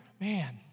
Man